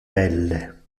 belle